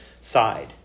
side